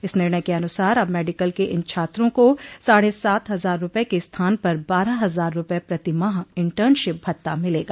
इस निर्णय के अनुसार अब मेडिकल के इन छात्रों को साढ़े सात हजार रूपये के स्थान पर बारह हजार रूपये प्रतिमाह इंटर्नशिप भत्ता मिलेगा